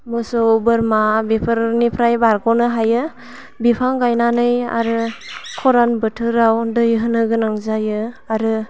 मोसौ बोरमा बेफोरनिफ्राय बारग'नो हायो बिफां गायनानै आरो खरान बोथोराव दै होनो गोनां जायो आरो